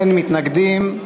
אין מתנגדים.